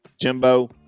Jimbo